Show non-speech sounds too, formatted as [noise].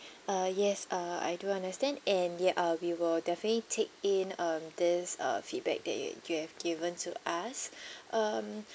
uh yes uh I do understand and ya uh we will definitely take in um this uh feedback that you have given to us [breath] um